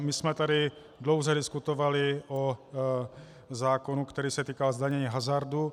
My jsme tady dlouze diskutovali o zákonu, který se týká zdanění hazardu.